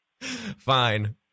Fine